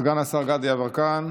סגן השר גדי יברקן.